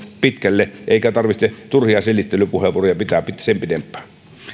pitkälle eikä tarvitse turhia selittelypuheenvuoroja pitää pitää sen pidempään